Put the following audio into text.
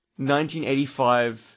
1985